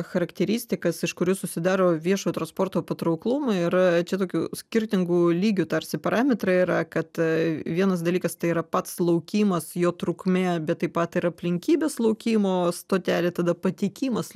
charakteristikas iš kurių susidaro viešojo transporto patrauklumą yra čia tokių skirtingų lygių tarsi parametrai yra kad vienas dalykas tai yra pats laukimas jo trukmė bet taip pat ir aplinkybės laukimo stotelė tada patekimas